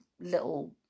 little